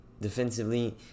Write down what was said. defensively